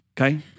Okay